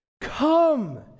come